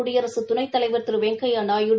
குடியரசு துணைத்தலைவர் திரு வெங்கையா நாயுடு